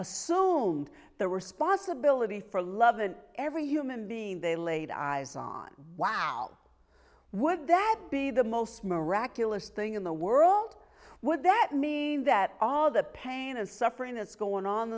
assume the responsibility for love and every human being they laid eyes on wow would that be the most miraculous thing in the world would that mean that all the pain and suffering that's going on